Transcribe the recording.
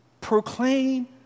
Proclaim